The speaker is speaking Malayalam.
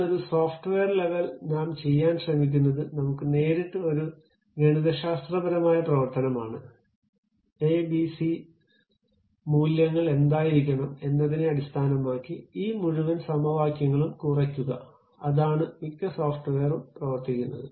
എന്നാൽ ഒരു സോഫ്റ്റ്വെയർ ലെവൽ നാം ചെയ്യാൻ ശ്രമിക്കുന്നത് നമുക്ക് നേരിട്ട് ഒരു ഗണിതശാസ്ത്രപരമായ പ്രവർത്തനമാണ് എ ബി സി ABC മൂല്യങ്ങൾ എന്തായിരിക്കണം എന്നതിനെ അടിസ്ഥാനമാക്കി ഈ മുഴുവൻ സമവാക്യങ്ങളും കുറയ്ക്കുക അതാണ് മിക്ക സോഫ്റ്റ്വെയർ പ്രവർത്തിക്കുന്നത്